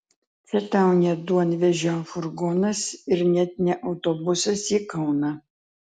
čia tau ne duonvežio furgonas ir net ne autobusas į kauną